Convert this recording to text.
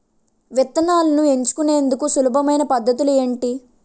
విత్తనాలను ఎంచుకునేందుకు సులభమైన పద్ధతులు ఏంటి?